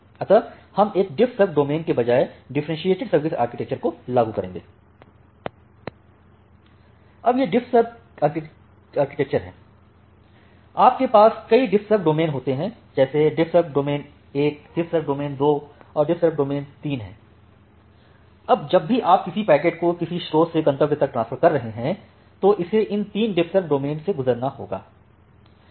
अतः हम एक डिफ्फसर्व डोमेन के बजाय डिफ्फरेंशिएटेड सर्विस आर्किटेक्चर को लागू करेंगे अब यह डिफ्फसर्व की आर्किटेक्चर है आपके पास कई डिफ्फसर्व डोमेन होते हैं जैसे डिफ्फसर्व डोमेन 1 डिफ्फसर्व डोमेन 2 और डिफ्फसर्व डोमेन 3 हैं अब जब भी आप किसी पैकेट को किसी स्रोत से गंतव्य तक ट्रांसफर कर रहे हैं तो उसे इन तीन डिफ्फसर्व डोमेन से गुजरना होगा